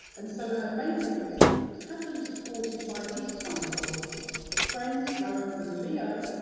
and so her main release was happily supported by these titles friends, romans and leo,